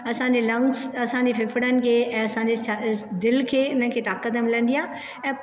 असान्जे lungs असान्जे फिफड़नि खे ऐं असान्जे दिलि खे हिन खे ताक़त मिलन्दी आहे ऐं